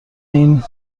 این